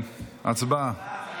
הצבעה.